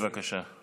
בבקשה.